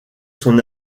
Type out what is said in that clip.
son